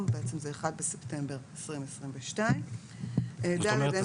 ה' באלול התשפ"ב (1 בספטמבר 2022)." זאת אומרת,